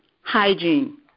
hygiene